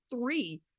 three